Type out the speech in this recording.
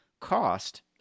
cost